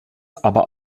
aber